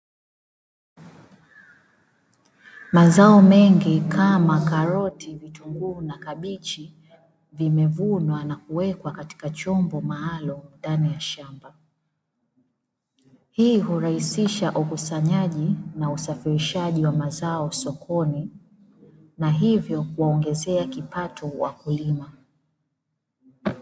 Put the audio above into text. Mazao mengi kama karoti, vitunguu, na kabichi vimevunwa na kuwekwa katika chombo maalumu ndani ya shamba. Hii hurahisisha ukusanyaji na usafirishaji wa mazao sokoni na hivyo kuwaongezea kipato wakulima.